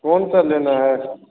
कौन सा लेना है